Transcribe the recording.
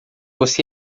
você